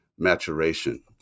maturation